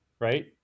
Right